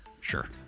Sure